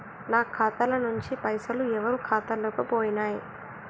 నా ఖాతా ల నుంచి పైసలు ఎవరు ఖాతాలకు పోయినయ్?